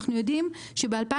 אנחנו יודעים שב-2009,